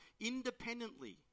independently